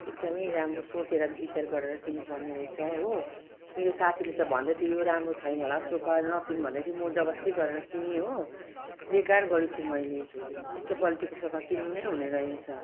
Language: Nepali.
एकदम राम्रो सोचेर विचार गरेर किन्नु पर्ने रहेछ हो मेरो साथीले त भन्दै थियो यो राम्रो छैन होला सोफा नकिन भन्दै थियो म जबर्जस्ती गरेर किनेँ हो बेकार गरेछु मैले यस्तो क्वालिटीको सोफा किन्नु नै हुने रहेनछ